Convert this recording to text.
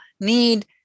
need